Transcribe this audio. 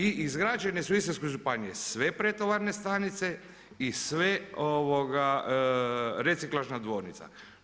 I izgrađene su u Istarskoj županiji sve pretovarne stanice i sve, reciklažna dvorišta.